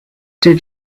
did